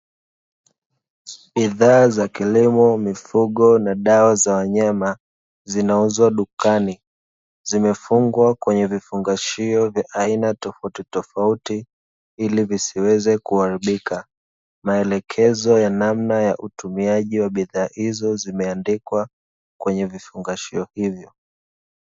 Bidhaa za kilimo, mifugo na dawa za wanyama, zinauzwa dukani. Zimefungwa kwenye vifungashio vya aina tofautitofauti ili visiweze kuharibika. Maelekezo ya namna ya utumiaji wa bidhaa hizo zimeandikwa kwenye vifungashio hivyo.